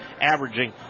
averaging